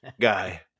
guy